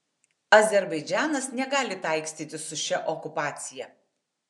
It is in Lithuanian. azerbaidžanas negali taikstytis su šia okupacija